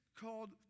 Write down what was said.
called